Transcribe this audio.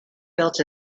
built